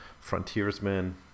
frontiersmen